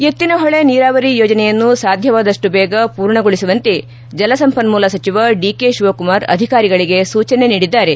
ಎತ್ತಿನಹೊಳೆ ನೀರಾವರಿ ಯೋಜನೆಯನ್ನು ಸಾಧ್ಯವಾದಷ್ಟು ಬೇಗ ಪೂರ್ಣಗೊಳಿಸುವಂತೆ ಜಲಸಂಪನ್ಮೂಲ ಸಚಿವ ಡಿ ಕೆ ಶಿವಕುಮಾರ್ ಅಧಿಕಾರಿಗಳಿಗೆ ಸೂಚನೆ ನೀಡಿದ್ದಾರೆ